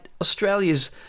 Australia's